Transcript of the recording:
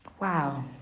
Wow